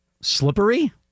slippery